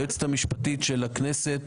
היועצת המשפטית של הכנסת,